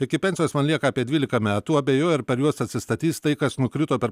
iki pensijos man lieka apie dvylika metų abejoju ar per juos atsistatys tai kas nukrito per